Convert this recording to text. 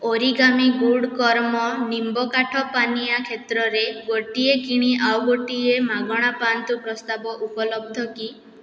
origami ଗୁଡ଼୍ କର୍ମ ନିମ୍ବ କାଠ ପାନିଆ କ୍ଷେତ୍ରରେ ଗୋଟିଏ କିଣି ଆଉ ଗୋଟିଏ ମାଗଣା ପାଆନ୍ତୁ ପ୍ରସ୍ତାବ ଉପଲବ୍ଧ କି